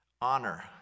Honor